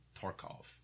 Tarkov